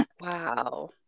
Wow